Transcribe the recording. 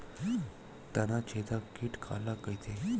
तनाछेदक कीट काला कइथे?